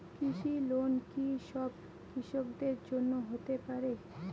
কৃষি লোন কি সব কৃষকদের জন্য হতে পারে?